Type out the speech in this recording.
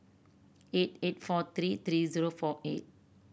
eight eight four three three zero four eight